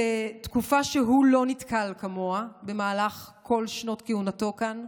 כתקופה שהוא לא נתקל כמוה במהלך כל שנות כהונתו כאן.